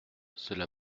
cela